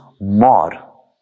more